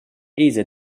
esa